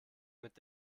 mit